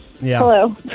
hello